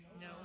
No